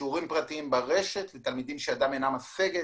שיעורים פרטיים ברשת לילדים שידם אינה משגת.